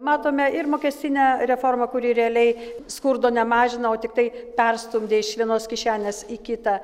matome ir mokestinę reformą kuri realiai skurdo nemažina o tiktai perstumdė iš vienos kišenės į kitą